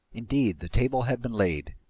indeed, the table had been laid.